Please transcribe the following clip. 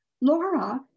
Laura